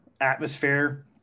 atmosphere